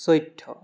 চৈধ্য